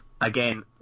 again